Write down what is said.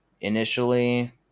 initially